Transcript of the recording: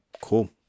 cool